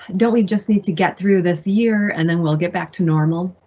don't we just need to get through this year and then we'll get back to normal?